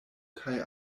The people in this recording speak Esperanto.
kaj